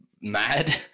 mad